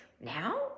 now